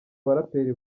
baraperi